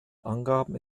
angaben